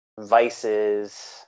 vices